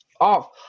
Off –